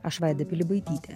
aš vaida pilibaitytė